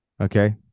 Okay